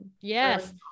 Yes